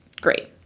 great